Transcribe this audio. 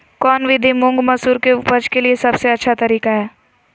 कौन विधि मुंग, मसूर के उपज के लिए सबसे अच्छा तरीका है?